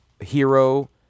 hero